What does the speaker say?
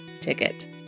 ticket